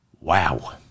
Wow